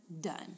done